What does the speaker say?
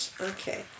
Okay